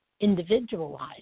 individualized